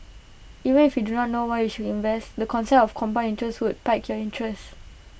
even if you do not know why you should invest the concept of compound interest would pique your interest